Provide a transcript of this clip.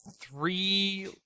three